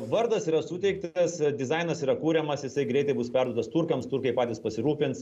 vardas yra suteiktas dizainas yra kuriamas jisai greitai bus perduotas turkams turkai patys pasirūpins